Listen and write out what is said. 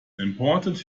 important